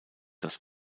das